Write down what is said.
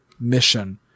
mission